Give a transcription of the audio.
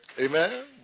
Amen